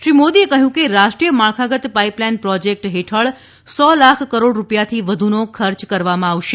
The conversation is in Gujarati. શ્રી મોદીએ કહ્યું કે રાષ્ટ્રીય માળખાગત પાઇપલાઇન પ્રોજેક્ટ્સ હેઠળ સો લાખ કરોડ રૂપિયાથી વધુનો ખર્ચ કરવામાં આવશે